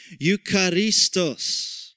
eucharistos